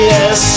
Yes